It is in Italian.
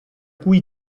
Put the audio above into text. cui